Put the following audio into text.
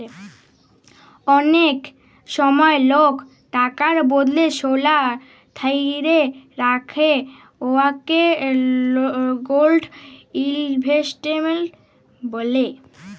অলেক সময় লক টাকার বদলে সলা ধ্যইরে রাখে উয়াকে গোল্ড ইলভেস্টমেল্ট ব্যলে